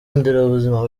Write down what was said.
nderabuzima